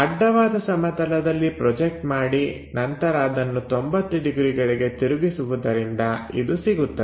ಅಡ್ಡವಾದ ಸಮತಲದಲ್ಲಿ ಪ್ರೊಜೆಕ್ಟ್ ಮಾಡಿ ನಂತರ ಅದನ್ನು 90 ಡಿಗ್ರಿಗಳಿಗೆ ತಿರುಗಿಸುವುದರಿಂದ ಇದು ಸಿಗುತ್ತದೆ